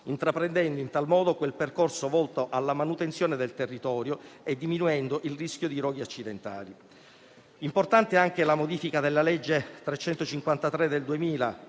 intraprendendo in tal modo quel percorso volto alla manutenzione del territorio e diminuendo il rischio di roghi accidentali. È importante anche la modifica della legge n. 353 del 2000,